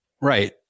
right